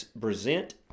present